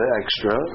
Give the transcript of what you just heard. extra